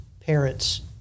parents